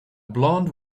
blond